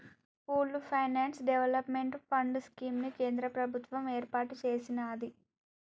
pooled finance development fund scheme ని కేంద్ర ప్రభుత్వం ఏర్పాటు చేసినాది